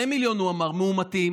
או שני מיליון מאומתים?